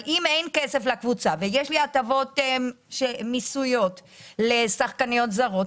אם אין כסף לקבוצה ויש לי הטבות מיסוייות לשחקניות זרות,